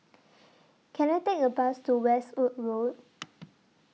Can I Take A Bus to Westwood Road